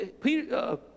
Peter